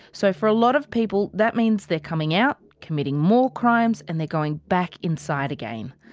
so for a lot of people, that means they're coming out, committing more crimes, and they're going back inside again.